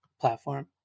platform